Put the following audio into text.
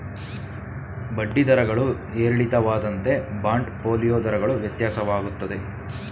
ಬಡ್ಡಿ ದರಗಳು ಏರಿಳಿತವಾದಂತೆ ಬಾಂಡ್ ಫೋಲಿಯೋ ದರಗಳು ವ್ಯತ್ಯಾಸವಾಗುತ್ತದೆ